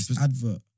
Advert